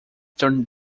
turned